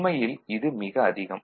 உண்மையில் இது மிக அதிகம்